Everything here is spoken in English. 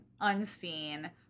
unseen